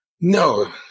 no